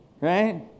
Right